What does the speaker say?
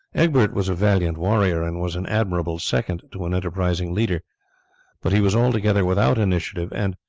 egbert was a valiant warrior, and was an admirable second to an enterprising leader but he was altogether without initiative, and,